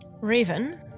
Raven